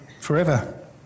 forever